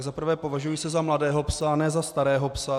Za prvé, považuji se za mladého psa, ne za starého psa.